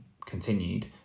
continued